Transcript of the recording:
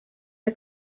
der